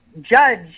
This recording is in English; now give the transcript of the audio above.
Judge